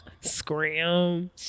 scram